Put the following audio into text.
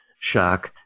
shock